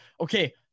okay